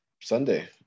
sunday